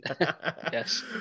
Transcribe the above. yes